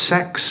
Sex